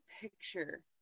picture